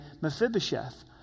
Mephibosheth